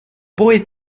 boy